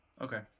okay